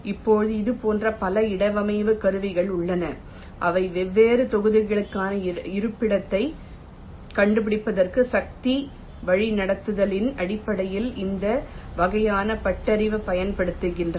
இப்போது இதுபோன்ற பல இடவமைவு கருவிகள் உள்ளன அவை வெவ்வேறு தொகுதிகளுக்கான இருப்பிடத்தைக் கண்டுபிடிப்பதற்கு சக்தி வழிநடத்துதலின் அடிப்படையில் இந்த வகையான பட்டறிவு பயன்படுத்துகின்றன